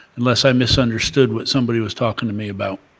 unless i misunderstood what somebody was talking to me about.